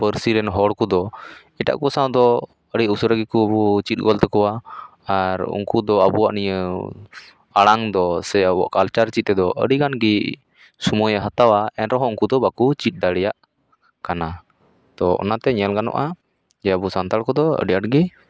ᱯᱟᱹᱨᱥᱤ ᱨᱮᱱ ᱦᱚᱲ ᱠᱚᱫᱚ ᱮᱴᱟᱜ ᱠᱚ ᱥᱟᱶ ᱫᱚ ᱟᱹᱰᱤ ᱩᱥᱟᱹᱨᱟ ᱜᱮᱠᱚ ᱪᱮᱫ ᱜᱚᱫ ᱛᱟᱠᱚᱣᱟ ᱟᱨ ᱩᱱᱠᱩ ᱫᱚ ᱟᱵᱚᱣᱟᱜ ᱱᱤᱭᱟᱹ ᱟᱲᱟᱝ ᱫᱚ ᱥᱮ ᱟᱵᱚᱣᱟᱜ ᱠᱟᱞᱪᱟᱨ ᱪᱮᱫ ᱛᱮᱫᱚ ᱟᱹᱰᱤ ᱜᱟᱱ ᱜᱮ ᱥᱳᱢᱳᱭᱮ ᱦᱟᱛᱟᱣᱟ ᱮᱱ ᱨᱮᱦᱚᱸ ᱩᱱᱠᱩ ᱫᱚ ᱵᱟᱠᱚ ᱪᱤᱫ ᱫᱟᱲᱮᱭᱟᱜ ᱠᱟᱱᱟ ᱛᱳ ᱚᱱᱟ ᱛᱮ ᱧᱮᱞ ᱜᱟᱱᱚᱜᱼᱟ ᱡᱮ ᱥᱟᱱᱛᱟᱲ ᱠᱚᱫᱚ ᱟᱹᱰᱤ ᱟᱸᱴ ᱜᱮ